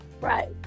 Right